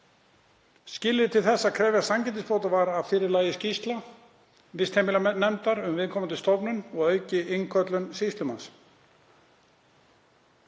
Skilyrði til þess að krefjast sanngirnisbóta var að fyrir lægi skýrsla vistheimilanefndar um viðkomandi stofnun og að auki innköllun sýslumanns.